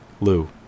Lou